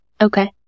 Okay